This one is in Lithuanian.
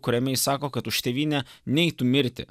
kuriame jis sako kad už tėvynę neitų mirti